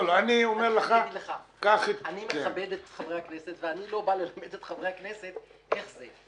אני מכבד את חברי הכנסת ואני לא בא ללמד את חברי הכנסת איך זה.